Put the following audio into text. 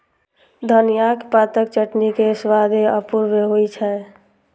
धनियाक पातक चटनी के स्वादे अपूर्व होइ छै